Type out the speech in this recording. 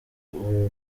uri